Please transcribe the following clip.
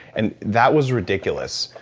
and that was ridiculous.